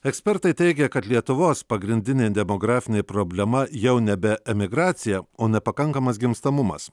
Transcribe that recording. ekspertai teigia kad lietuvos pagrindinė demografinė problema jau nebe emigracija o nepakankamas gimstamumas